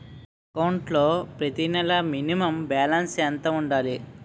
నా అకౌంట్ లో ప్రతి నెల మినిమం బాలన్స్ ఎంత ఉండాలి?